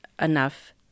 enough